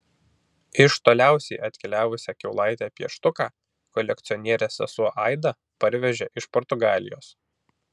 iš toliausiai atkeliavusią kiaulaitę pieštuką kolekcionierės sesuo aida parvežė iš portugalijos